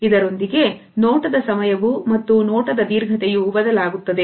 ಇದರೊಂದಿಗೆ ನೋಟದ ಸಮಯವು ಮತ್ತು ನೋಟದ ದೀರ್ಘತೆ ಯು ಬದಲಾಗುತ್ತದೆ